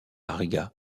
riga